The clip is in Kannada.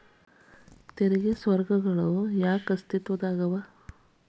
ತೆರಿಗೆ ಸ್ವರ್ಗಗಳ ಯಾಕ ಅಸ್ತಿತ್ವದಾಗದವ